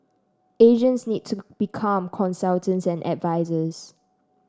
agents need to become consultants and advisers